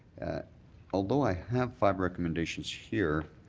although i have five recommendations here,